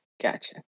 Gotcha